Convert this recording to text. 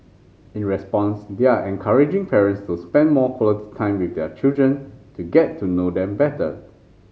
in response they are encouraging parents to spend more quality time with their children to get to know them better